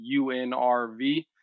UNRV